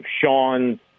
Sean